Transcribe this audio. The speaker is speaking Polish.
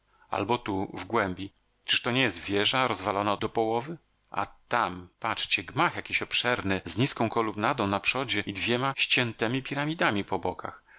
albo tu w głębi czyż to nie jest wieża rozwalona do połowy a tam patrzcie gmach jakiś obszerny z nizką kolumnadą na przodzie i dwiema ściętemi piramidami po bokach